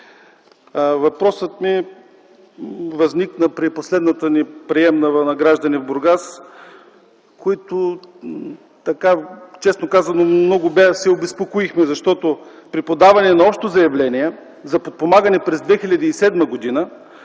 Въпросът ми възникна при последната ни приемна на граждани в гр. Бургас. Честно казано, много се обезпокоихме, защото при подаване на общото заявление за подпомагане през 2007 г.